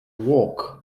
walk